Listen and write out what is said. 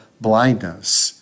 blindness